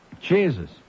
Jesus